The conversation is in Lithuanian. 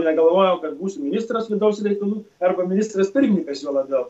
negalvojau kad būsiu ministras vidaus reikalų arba ministras pirmininkas juo labiau